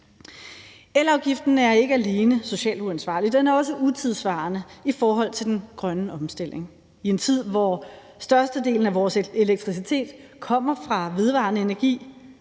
Elafgiften er ikke alene socialt uansvarlig, den er også utidssvarende i forhold til den grønne omstilling. I en tid, hvor størstedelen af vores elektricitet kommer fra vedvarende energi